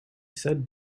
said